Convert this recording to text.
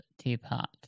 teapot